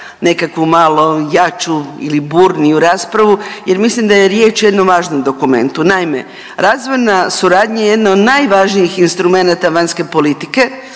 nekakvu malo jaču ili burniju raspravu jer mislim da riječ o jednom važnom dokumentu. Naime, razvojna suradnja jedna je od najvažnijih instrumenata vanjske politike